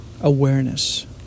awareness